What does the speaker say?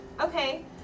Okay